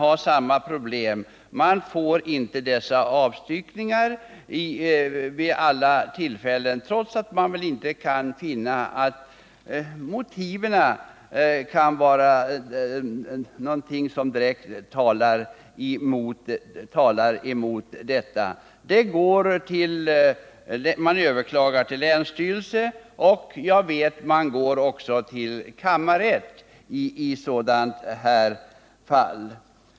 Problemet är detsamma: man får inte avstyckningar vid alla tillfällen trots att man inte kan finna att motiven talar mot detta. Man överklagar till länsstyrelse, och jag vet att man också går till kammarrätt i sådana här fall.